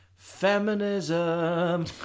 FEMINISM